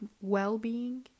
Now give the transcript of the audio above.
well-being